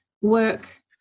work